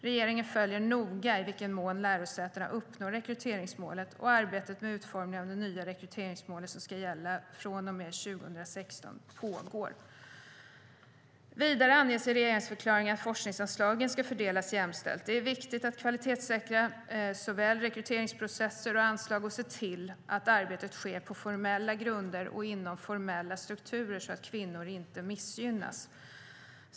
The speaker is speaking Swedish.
Regeringen följer noga i vilken mån lärosätena uppnår rekryteringsmålen, och arbetet med utformningen av de nya rekryteringsmålen som ska gälla från och med 2016 pågår. Vidare anges i regeringsförklaringen att forskningsanslagen ska fördelas jämställt. Det är viktigt att kvalitetssäkra rekryteringsprocesser och anslag och se till att arbetet sker på formella grunder och inom formella strukturer så att kvinnor inte missgynnas.